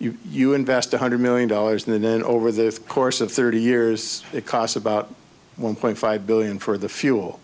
biofuels you invest one hundred million dollars and then over the course of thirty years it costs about one point five billion for the fuel